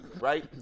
right